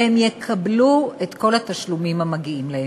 והם יקבלו את כל התשלומים המגיעים להם.